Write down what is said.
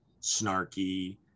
snarky